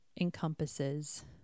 encompasses